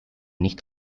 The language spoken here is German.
nicht